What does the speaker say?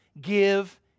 give